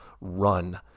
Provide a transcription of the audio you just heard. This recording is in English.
run